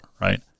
right